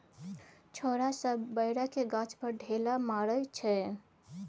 छौरा सब बैरक गाछ पर ढेला मारइ छै